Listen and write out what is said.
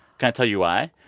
can i tell you why?